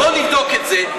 אז בוא נבדוק את זה.